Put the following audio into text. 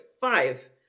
five